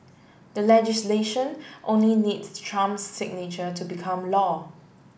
the legislation only needs Trump's signature to become law